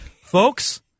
folks